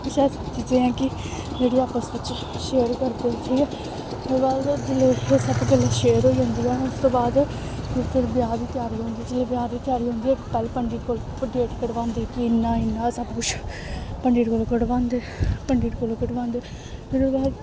किश ऐसियां चीजां जि'यां कि जेह्ड़ियां आपस बिच्च शेयर करदे ठीक ऐ फिर उ'दे बाद जिल्लै एह् सब गल्लां शेयर होई जंदियां उस तूं बाद फिर ब्याह् दी त्यारी होंदी जिल्लै ब्याह् दी त्यारी होंदी पैह्ले पंडित कोला डेट कड़वांदे कि इ'न्ना इ'न्ना सब कुछ पंडित कोला कड़वांदे पंडित कोला कड़वांदे फिर उ'दे बाद